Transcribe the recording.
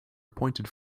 appointed